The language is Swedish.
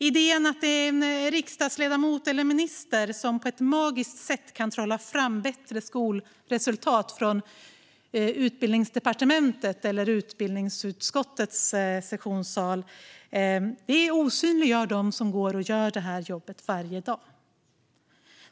Idén att en riksdagsledamot eller minister på ett magiskt sätt kan trolla fram bättre skolresultat från Utbildningsdepartementet eller utbildningsutskottets sessionssal osynliggör dem som går och gör det här jobbet varje dag.